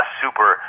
super